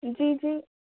جی جی